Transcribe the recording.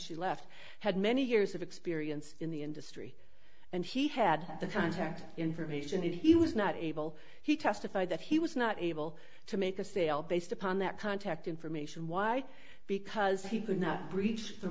she left had many years of experience in the industry and he had the contact information that he was not able he testified that he was not able to make a sale based upon that contact information why because he could not breach the